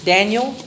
Daniel